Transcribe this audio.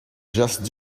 just